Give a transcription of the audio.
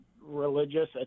religious